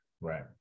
Right